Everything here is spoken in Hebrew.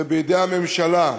זה בידי הממשלה.